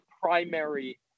primary